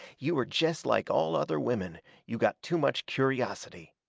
you are jest like all other women you got too much curiosity.